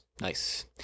Nice